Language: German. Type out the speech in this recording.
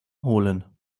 holen